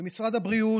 במשרד הבריאות,